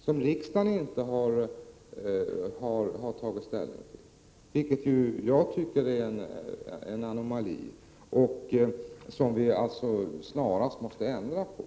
som riksdagen inte har tagit ställning till. Det är en anomali, som vi snarast måste ändra på.